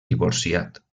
divorciat